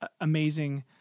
amazing